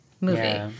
movie